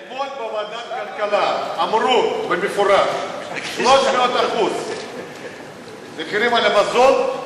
אתמול בוועדת הכלכלה אמרו במפורש: 300%. מחירים של המזון,